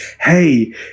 hey